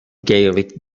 gaelic